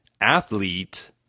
athlete